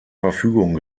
verfügung